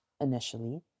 initially